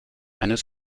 eines